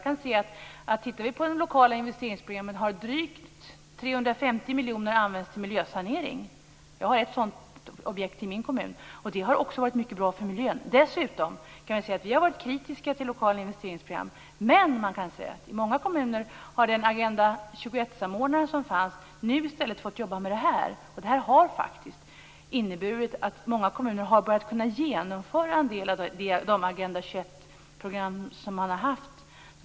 Om vi tittar på de lokala investeringsprogrammen kan vi nämligen se att drygt 350 miljoner använts till miljösanering. Jag har ett sådant objekt i min kommun. Och det har också varit mycket bra för miljön. Jag kan dessutom säga att vi har varit kritiska till lokala investeringsprogram. Men man kan se att den Agenda 21-samordnare som fanns i många kommuner nu i stället fått arbeta med detta. Det har faktiskt inneburit att många kommuner har kunnat börja genomföra en del av de Agenda 21-program som de har haft.